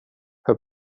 hör